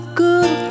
good